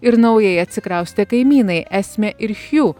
ir naujai atsikraustę kaimynai esmė ir hju